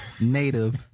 native